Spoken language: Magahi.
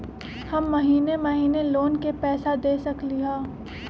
हम महिने महिने लोन के पैसा दे सकली ह?